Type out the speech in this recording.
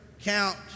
count